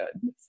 good